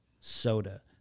soda